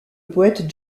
poète